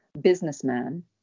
businessman